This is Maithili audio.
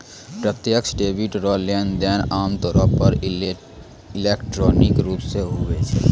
प्रत्यक्ष डेबिट रो लेनदेन आमतौर पर इलेक्ट्रॉनिक रूप से हुवै छै